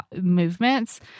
movements